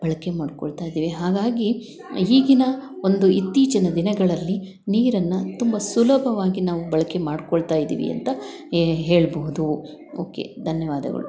ಬಳಕೆ ಮಾಡಿಕೊಳ್ತಾ ಇದ್ದೇವೆ ಹಾಗಾಗಿ ಈಗಿನ ಒಂದು ಇತ್ತೀಚಿನ ದಿನಗಳಲ್ಲಿ ನೀರನ್ನು ತುಂಬ ಸುಲಭವಾಗಿ ನಾವು ಬಳಕೆ ಮಾಡಿಕೊಳ್ತಾ ಇದ್ದೀವಿ ಅಂತ ಹೇಳ್ಬಹುದು ಓಕೆ ಧನ್ಯವಾದಗಳು